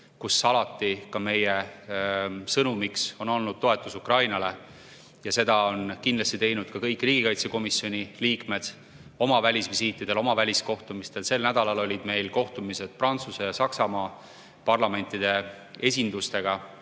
kus alati on meie sõnum olnud toetus Ukrainale. Seda on kindlasti rõhutanud kõik riigikaitsekomisjoni liikmed oma välisvisiitidel, oma väliskohtumistel. Sel nädalal olid meil kohtumised Prantsuse ja Saksamaa parlamendi esindusega,